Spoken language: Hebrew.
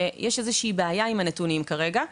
שיש איזושהי בעיה עם הנתונים כרגע,